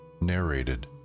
Narrated